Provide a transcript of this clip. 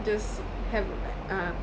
just have like uh